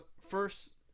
first